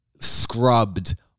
Scrubbed